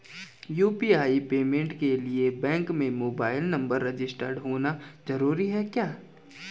UPI payment के लिए bank में मोबाइल नंबर रजिस्टर्ड होना जरूरी है क्या?